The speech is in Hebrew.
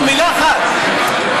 מילה אחת.